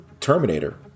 terminator